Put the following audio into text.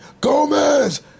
Gomez